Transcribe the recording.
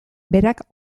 berak